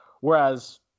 Whereas